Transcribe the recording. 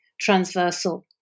transversal